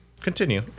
Continue